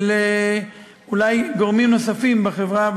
אולי של גורמים נוספים בחברה,